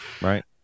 Right